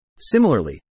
Similarly